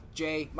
jay